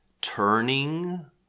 turning